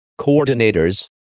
coordinators